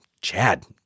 Chad